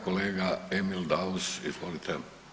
Kolega Emil Daus, izvolite.